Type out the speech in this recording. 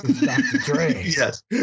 Yes